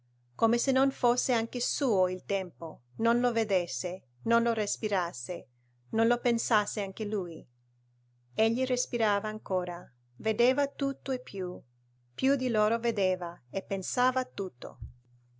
come se non fosse anche suo il tempo non lo vedesse non lo respirasse non lo pensasse anche lui egli respirava ancora vedeva tutto e più più di loro vedeva e pensava tutto